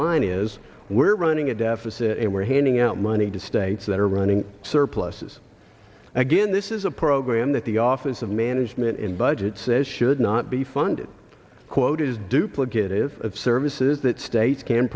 line is we're running a deficit and we're handing out money to states that are running surpluses again this is a program that the office of management and budget says should not be funded quotas duplicative of services that states can